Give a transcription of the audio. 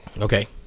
Okay